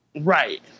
Right